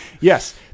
yes